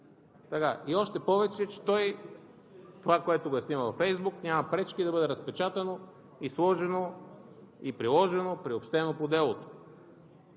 Още повече че това, което е снимал във Фейсбук, няма пречки да бъде разпечатано, сложено, приложено, приобщено по делото.